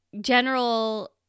general